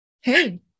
hey